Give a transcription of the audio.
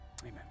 Amen